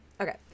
okay